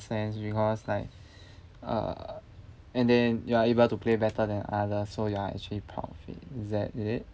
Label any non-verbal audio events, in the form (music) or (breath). sense because like (breath) uh and then you are able to play better than others so you are actually proud of it is that is it